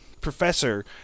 professor